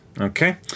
Okay